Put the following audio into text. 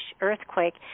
earthquake